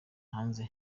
hanze